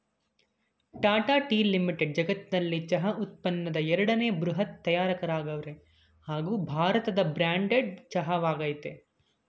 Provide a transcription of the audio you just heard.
Tata tea limited ಜಗತ್ನಲ್ಲೆ ಚಹಾ ಉತ್ಪನ್ನದ್ ಎರಡನೇ ಬೃಹತ್ ತಯಾರಕರಾಗವ್ರೆ ಹಾಗೂ ಭಾರತದ ಬ್ರ್ಯಾಂಡೆಡ್ ಚಹಾ ವಾಗಯ್ತೆ